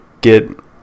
get